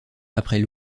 après